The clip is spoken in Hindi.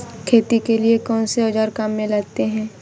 खेती के लिए कौनसे औज़ार काम में लेते हैं?